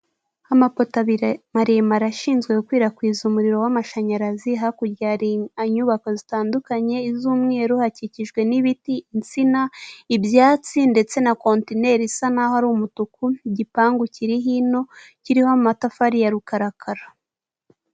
Amapoto maremare ashinzwe gukwirakwiza umuriro w'amashanyarazi, hakurya inyubako zitandukanye z'umweru hakikijwe n'ibiti, insina, ibyatsi ndetse na kontineri isa naho ari umutuku, igipangu kiri hino kiriho amatafari ya rukarakara.